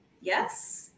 yes